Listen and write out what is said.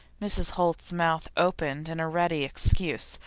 mrs. holt's mouth opened in ready excuse,